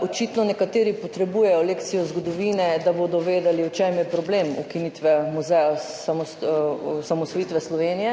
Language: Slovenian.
Očitno nekateri potrebujejo lekcijo zgodovine, da bodo vedeli, v čem je problem ukinitve muzeja osamosvojitve Slovenije